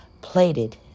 Plated